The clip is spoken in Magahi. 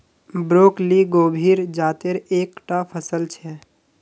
ब्रोकली गोभीर जातेर एक टा फसल छे